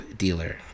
Dealer